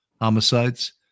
homicides